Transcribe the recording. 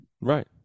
Right